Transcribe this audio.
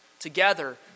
together